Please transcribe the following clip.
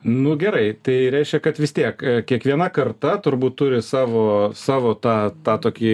nu gerai tai reiškia kad vis tiek kiekviena karta turbūt turi savo savo tą tą tokį